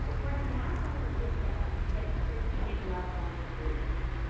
we're now going to discuss some tips for keeping loved ones engaged.